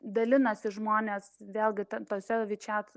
dalinasi žmonės vėlgi ten tose wechat